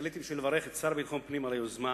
עליתי כדי לברך את השר לביטחון פנים על היוזמה.